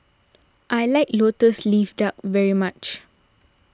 I like Lotus Leaf Duck very much